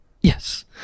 Yes